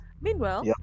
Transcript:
Meanwhile